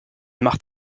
macht